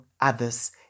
others